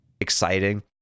exciting